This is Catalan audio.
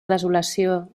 desolació